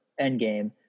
Endgame